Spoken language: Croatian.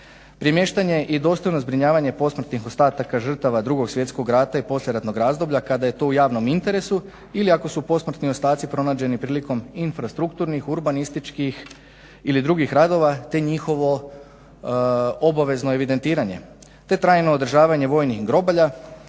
Premještanje i dostojno zbrinjavanje posmrtnih ostataka žrtava Drugog svjetskog rata i poslijeratnog razdoblja kada je to u javnom interesu ili ako su posmrtni ostaci pronađeni prilikom infrastrukturnih, urbanističkih ili drugih radova te njihovo obavezno evidentiranje te trajno održavanje vojnih groblja